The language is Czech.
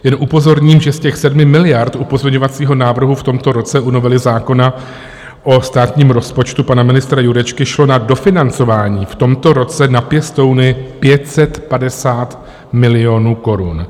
Jen upozorním, že z těch 7 miliard u pozměňovacího návrhu v tomto roce u novely zákona o státním rozpočtu pana ministra Jurečky šlo na dofinancování v tomto roce na pěstouny 550 milionů korun.